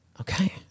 Okay